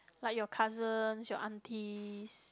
like your cousins your aunties